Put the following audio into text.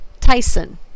Tyson